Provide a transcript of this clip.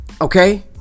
Okay